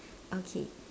okay